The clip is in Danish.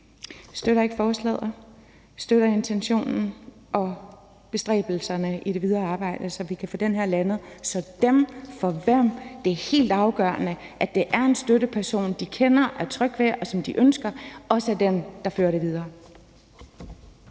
Vi støtter ikke forslaget, men vi støtter intentionen og bestræbelserne i det videre arbejde, så vi kan få den her landet, så dem, for hvem det er helt afgørende, at det er en støtteperson, de kender, er tryg ved, og som de ønsker, også får den støtteperson, der